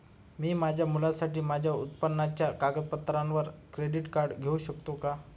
मी माझ्या मुलासाठी माझ्या उत्पन्नाच्या कागदपत्रांवर क्रेडिट कार्ड घेऊ शकतो का?